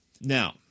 Now